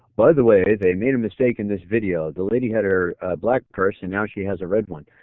by the way they made a mistake in this video, the lady had her black purse and now she has a red one.